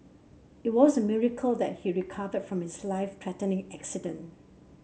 it was a miracle that he recovered from his life threatening accident